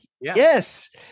yes